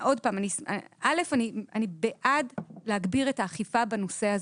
אני בעד להגביר את האכיפה בנושא הזה,